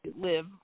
live